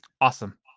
awesome